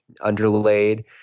underlaid